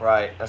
Right